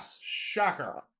shocker